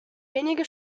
wenige